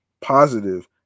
positive